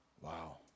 Wow